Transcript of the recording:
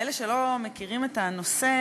לאלה שלא מכירים את הנושא,